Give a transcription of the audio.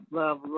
love